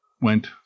went